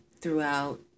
throughout